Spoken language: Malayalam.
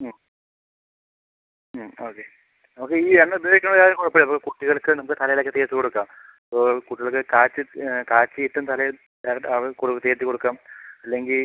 മ് മ് ഓക്കെ നമുക്ക് ഈ എണ്ണ ഉപയോഗിക്കുന്നത് ആരായാലും കുഴപ്പമില്ല ഇപ്പോൾ കുട്ടികൾക്ക് നമുക്ക് തലയിലൊക്കെ തേച്ച് കൊടുക്കാം ഓ കുട്ടികൾക്ക് കാച്ചി കാച്ചിയിട്ടും തലയിൽ തേച്ചു കൊടുക്കാം അല്ലെങ്കിൽ